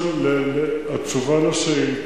התשובה על השאילתא: